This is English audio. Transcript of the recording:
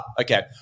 Okay